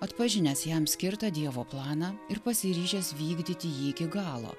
atpažinęs jam skirtą dievo planą ir pasiryžęs vykdyti jį iki galo